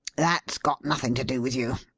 that's got nothing to do with you.